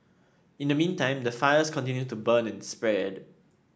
in the meantime the fires continue to burn and spread